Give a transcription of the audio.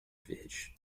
verdes